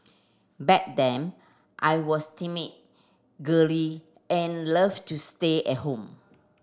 back then I was timid girly and loved to stay at home